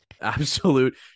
Absolute